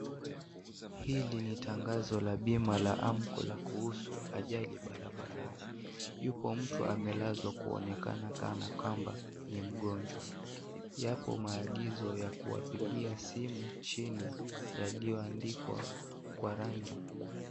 Hili ni tangazo la bima la Amco la kuhusu ajali barabarani. Yapo maagizo ya kuwapigia simu chini yaliyoandikwa kwa rangi.